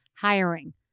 Hiring